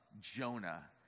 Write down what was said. Jonah